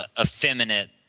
effeminate